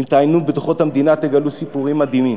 אם תעיינו בדוחות המדינה תגלו סיפורים מדהימים.